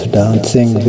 dancing